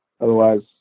otherwise